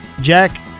Jack